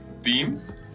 themes